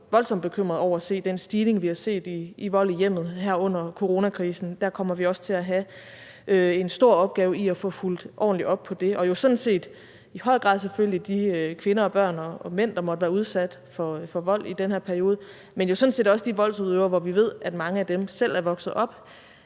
også voldsomt bekymret over at se den stigning i vold i hjemmet her under coronakrisen, vi har set. Der kommer vi også til at have en stor opgave i at få fulgt ordentligt op på det – i høj grad selvfølgelig de kvinder, børn og mænd, der måtte være udsat for vold i den her periode, men sådan set også de voldsudøvere, som vi ved i mange tilfælde selv er vokset op